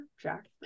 jack